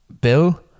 Bill